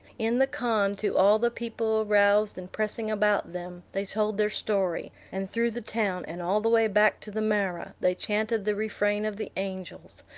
in the khan, to all the people aroused and pressing about them, they told their story and through the town, and all the way back to the marah, they chanted the refrain of the angels,